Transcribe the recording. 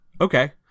Okay